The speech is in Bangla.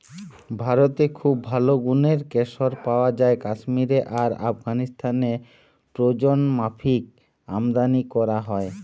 ভারতে খুব ভালো গুনের কেশর পায়া যায় কাশ্মীরে আর আফগানিস্তানে প্রয়োজনমাফিক আমদানী কোরা হয়